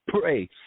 pray